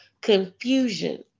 confusion